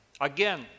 Again